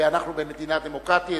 ואנחנו במדינה דמוקרטית,